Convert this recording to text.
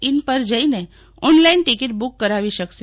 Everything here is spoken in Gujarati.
ઇન પર જઈને ઓનલાઇન ટિકિટ બુક કરાવી શકશે